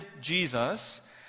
Jesus